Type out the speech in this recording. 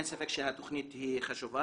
אין ספק שהתוכנית היא חשובה.